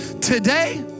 Today